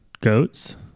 goats